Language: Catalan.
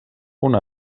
una